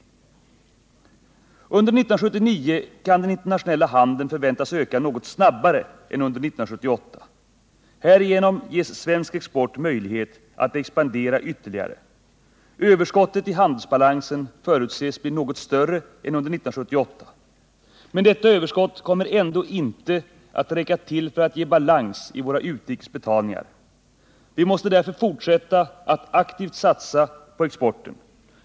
Under 1979 kan den internationella handeln förväntas öka något snabbare än under 1978. Härigenom ges svensk export möjlighet att expandera ytterligare. Överskottet i handelsbalansen förutses bli något större än under 1978. Men detta överskott kommer ändå inte att räcka till för att ge balans i våra utrikes betalningar. Vi måste därför fortsätta att aktivt satsa på exporten.